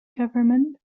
government